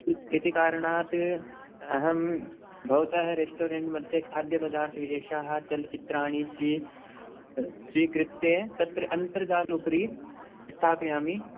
इति कारणात् अहं भवतः रेस्टोरेण्ट् मध्ये खाद्यपदार्थाविशेषाः चलच्चित्राणि स्वी स्वीकृत्य तत्र अन्तर्जाल उपरि स्थापयामि